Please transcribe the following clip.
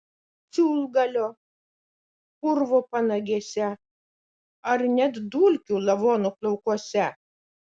siūlgalio purvo panagėse ar net dulkių lavono plaukuose